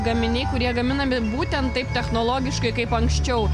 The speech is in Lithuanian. gaminiai kurie gaminami būtent taip technologiškai kaip anksčiau